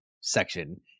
section